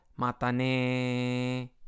Matane